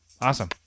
Awesome